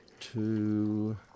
two